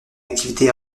activité